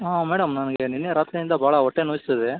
ಹಾಂ ಮೇಡಮ್ ನನಗೆ ನೆನ್ನೆ ರಾತ್ರಿಯಿಂದ ಭಾಳ ಹೊಟ್ಟೆ ನೋಯ್ತಿದೆ